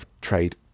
trade